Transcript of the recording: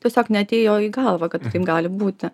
tiesiog neatėjo į galvą kad taip gali būti